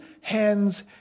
hands